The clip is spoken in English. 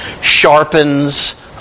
sharpens